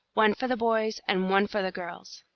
one for the boys and one for the girls.